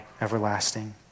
everlasting